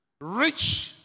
Rich